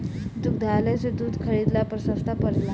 दुग्धालय से दूध खरीदला पर सस्ता पड़ेला?